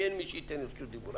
לי אין מי שייתן לי זכות דיבור,